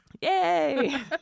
Yay